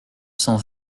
cent